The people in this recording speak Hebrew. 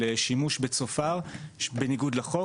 של שימוש בצופר בניגוד לחוק.